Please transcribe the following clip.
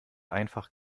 einfach